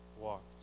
walked